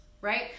Right